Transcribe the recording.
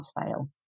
fail